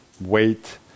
weight